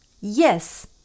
yes